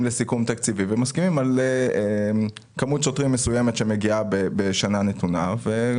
לסיכום תקציבי ומסכימים על מספר שוטרים מסוים שמגיע בשנה נתונה.